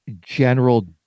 general